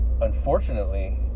unfortunately